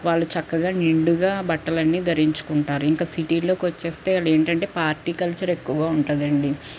వాళ్ళు చక్కగా నిండుగా బట్టలన్నీ ధరించుకుంటారు ఇంక సిటీలోకి వచ్చేస్తే వాళ్ళు ఏంటంటే పార్టీ కల్చర్ ఎక్కువగా ఉంటుందండీ